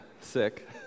sick